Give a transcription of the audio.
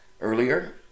earlier